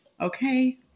Okay